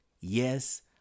Yes